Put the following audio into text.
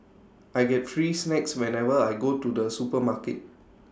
I get free snacks whenever I go to the supermarket